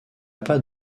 pas